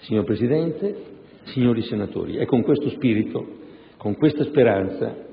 Signor Presidente, signori senatori, è con questo spirito, con questa speranza